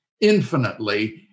infinitely